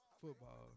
football